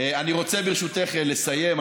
אני רוצה, ברשותך, לסיים.